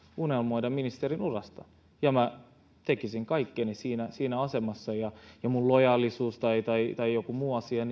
unelmoida ministerin urasta ja minä tekisin kaikkeni siinä siinä asemassa minun lojaalisuuteni tai tai joku muu asia